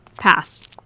pass